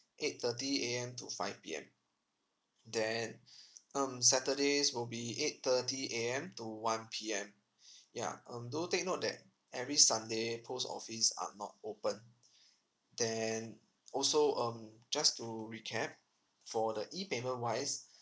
eight thirty A_M to five P_M then um saturdays will be eight thirty A_M to one P_M ya um do take note that every sunday post office are not open then also um just to recap for the E payment wise